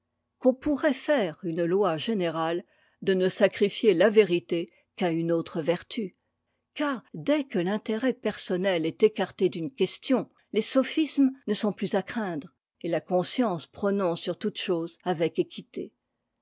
qu'on pourrait faire une loi générale de ne sacrifier la vérité qu'à une autre vertu car dès que l'intérêt personnel est écarté d'une'question les sophismes ne sont plus à craindre et la conscience prononce sur toutes choses avec équité